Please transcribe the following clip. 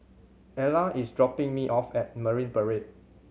Ela is dropping me off at Marine Parade